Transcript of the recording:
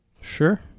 Sure